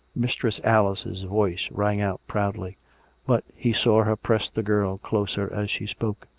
mistress alice's voice rang out proudly but he saw her press the girl closer as she spoke.